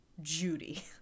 Judy